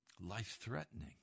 Life-threatening